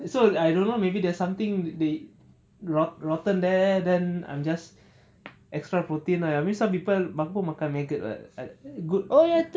so I don't know maybe there's something they rot~ rotten there then I'm just extra protein lah abeh some people confirm makan maggot [what] good